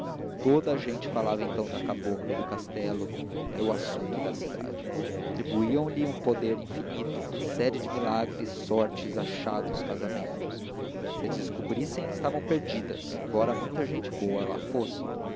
toda a gente falava então da cabocla do castelo era o assunto da cidade atribuíam lhe um poder infinito uma série de milagres sortes achados casamentos se as descobrissem estavam perdidas embora muita gente boa lá fosse